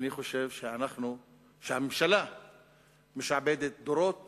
אני חושב שהממשלה משעבדת את הדורות